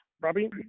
Robbie